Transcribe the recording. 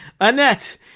Annette